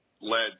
led